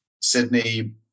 Sydney